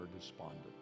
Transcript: despondent